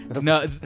No